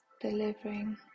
Delivering